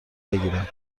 بگیرم